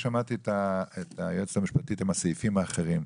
שמעתי את היועצת המשפטית עם הסעיפים האחרים.